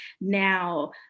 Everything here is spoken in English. now